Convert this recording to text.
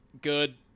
good